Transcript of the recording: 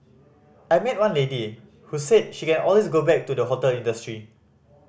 I met one lady who said she can always go back to the hotel industry